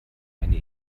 eine